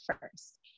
first